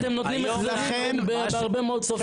איך אתם נותנים החזרים בהרבה מאוד כספים?